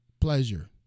pleasure